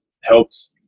helped